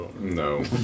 No